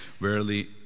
Verily